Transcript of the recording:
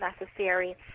necessary